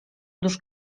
dusz